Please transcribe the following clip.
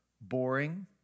boring